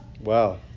Wow